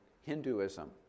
Hinduism